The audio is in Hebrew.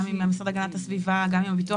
גם עם המשרד להגנת הסביבה וגם עם הביטוח